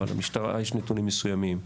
למשטרה יש נתונים מסוימים,